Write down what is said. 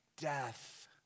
death